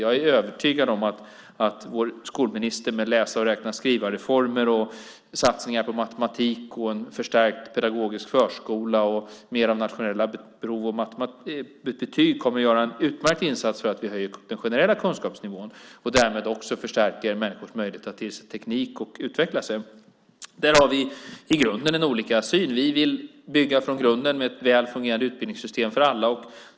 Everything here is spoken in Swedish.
Jag är övertygad om att vår skolminister med läsa-räkna-skriva-reformer och satsningar på matematik och en förstärkt pedagogisk förskola och mer av nationella prov och betyg kommer att göra en utmärkt insats för att höja den generella kunskapsnivån och därmed också förstärka människors möjligheter att ta till sig teknik och utveckla sig. Där har vi i grunden olika syn. Vi vill bygga från grunden med ett väl fungerande utbildningssystem för alla.